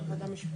בעד,